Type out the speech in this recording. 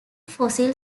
fossil